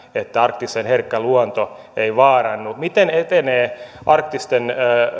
että arktiksen herkkä luonto ei vaarannu miten etenee arktisten